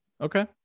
Okay